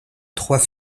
trois